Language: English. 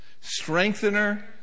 strengthener